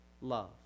love